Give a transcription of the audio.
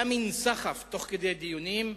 היה מין סחף תוך כדי דיונים,